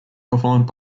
performed